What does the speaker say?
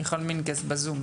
מיכל מנקס בזום,